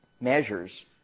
measures